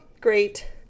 great